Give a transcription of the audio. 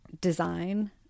design